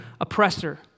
oppressor